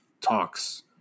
talks –